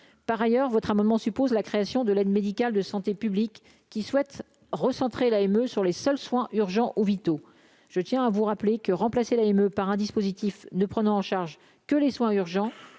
par ailleurs votre amendement suppose la création de l'aide médicale de santé publique qui souhaite recentrer la émeut sur les seuls soins urgents ou vitaux, je tiens à vous rappeler que remplacer la par un dispositif ne prenant en charge que les soins urgents